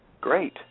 great